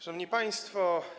Szanowni Państwo!